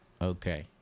Okay